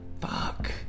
fuck